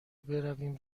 برویم